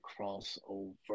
Crossover